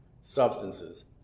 substances